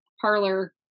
parlor